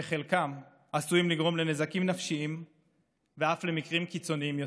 שחלקן עשויות לגרום לנזקים נפשיים ואף למקרים קיצוניים יותר.